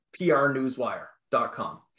prnewswire.com